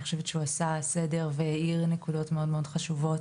אני חושבת שהוא עשה סדר והאיר נקודות מאוד חשובות